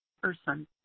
Person